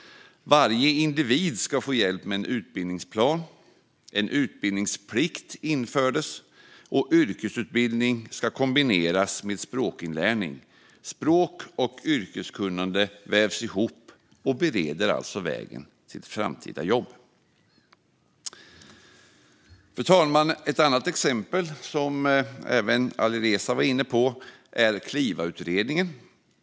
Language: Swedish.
Varje individ ska få hjälp med en utbildningsplan. En utbildningsplikt införs. Yrkesutbildning ska kombineras med språkinlärning. Språk och yrkeskunnande vävs ihop och bereder alltså vägen till framtida jobb. Fru talman! Ett annat exempel, som även Alireza Akhondi var inne på, är Klivautredningen.